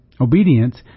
Obedience